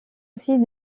aussi